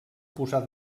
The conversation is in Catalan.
posar